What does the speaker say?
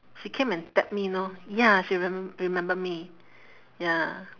she came and tap me know ya she remem~ remember me ya